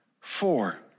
Four